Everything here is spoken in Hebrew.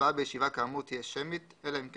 הצבעה בישיבה כאמור תהיה שמית אלא אם כן